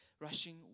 rushing